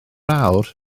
awr